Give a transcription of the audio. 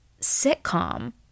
sitcom